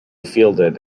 fielded